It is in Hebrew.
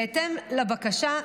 בהתאם לבקשה,